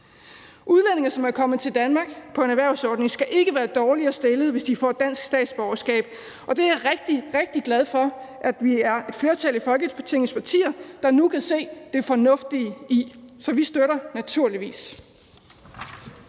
Udlændinge, som er kommet til Danmark på en erhvervsordning, skal ikke være dårligere stillet, hvis de får dansk statsborgerskab, og det er jeg rigtig, rigtig glad for at vi er et flertal af Folketingets partier der nu kan se det fornuftige i, så vi støtter naturligvis.